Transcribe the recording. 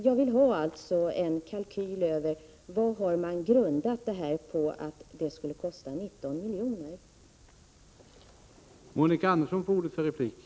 Jag vill alltså ha en kalkyl över hur man beräknat kostnaden till 19 milj.kr.